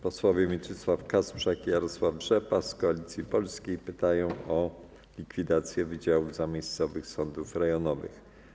Posłowie Mieczysław Kasprzak i Jarosław Rzepa z Koalicji Polskiej pytają o likwidację wydziałów zamiejscowych sądów rejonowych.